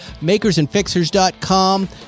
Makersandfixers.com